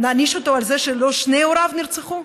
נעניש אותו על זה שלא שני הוריו נרצחו?